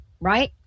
right